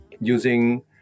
using